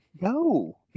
no